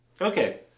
Okay